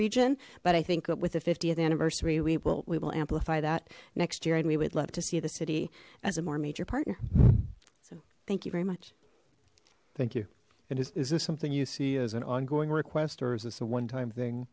region but i think with the th anniversary we will we will amplify that next year and we would love to see the city as a more major partner so thank you very much thank you and is this something you see as an ongoing request or is this a one time thing